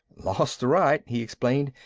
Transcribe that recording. lost the right, he explained,